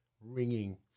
ringing